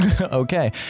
Okay